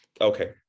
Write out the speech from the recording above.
Okay